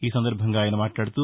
ఈ సందర్బంగా ఆయన మాట్లాడుతూ